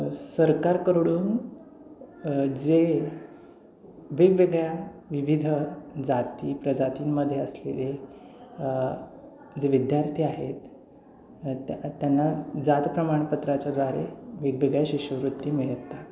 सरकारकडून जे वेगवेगळ्या विविध जाती प्रजातींमध्ये असलेले जे विद्यार्थी आहेत त्या त्यांना जात प्रमाणपत्राच्याद्वारे वेगवेगळ्या शिष्यवृत्ती मिळतात